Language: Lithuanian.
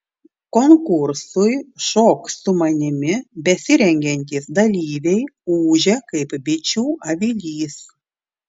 konkursui šok su manimi besirengiantys dalyviai ūžia kaip bičių avilys